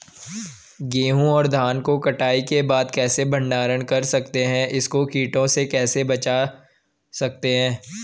गेहूँ और धान को कटाई के बाद कैसे भंडारण कर सकते हैं इसको कीटों से कैसे बचा सकते हैं?